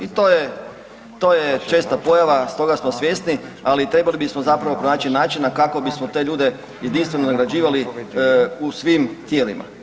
I to je česta pojava, toga smo svjesni ali trebali bismo zapravo pronaći načina kako bismo te ljude jedinstveno nagrađivali u svim tijelima.